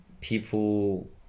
people